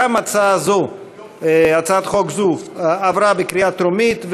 גם הצעת חוק זו עברה בקריאה טרומית,